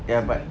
ya but